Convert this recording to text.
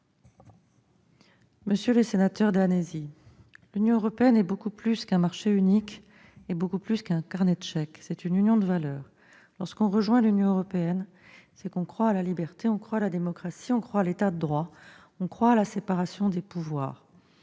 Monsieur le sénateur Danesi, l'Union européenne est beaucoup plus qu'un marché unique et qu'un carnet de chèques : c'est une union de valeurs. Lorsqu'on rejoint l'Union européenne, c'est qu'on croit à la liberté, à la démocratie, à l'État de droit, à la séparation des pouvoirs.